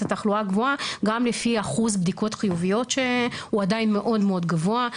התחלואה הגבוהה גם לפי אחוז בדיקות חיוביות שהוא עדיין מאוד מאוד גבוה,